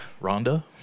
Rhonda